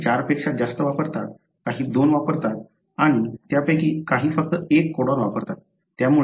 काही 4 पेक्षा जास्त वापरतात काही दोन वापरतात आणि त्यापैकी काही फक्त 1 कोडॉन वापरतात